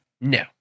No